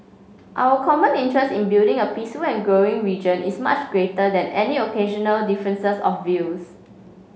our common interest in building a peace and growing region is much greater than any occasional differences of views